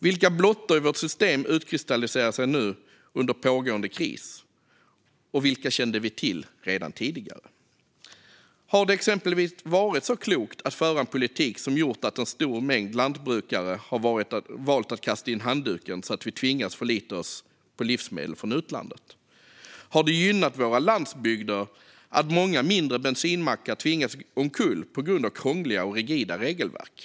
Vilka blottor i vårt system utkristalliserar sig nu under pågående kris, och vilka kände vi till redan tidigare? Har det exempelvis varit så klokt att föra en politik som har gjort att en stor mängd lantbrukare har valt att kasta in handduken så att vi tvingas förlita oss på livsmedel från utlandet? Har det gynnat våra landsbygder att många mindre bensinmackar tvingats omkull på grund av krångliga och rigida regelverk?